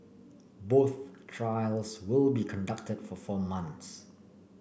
both trials will be conducted for four months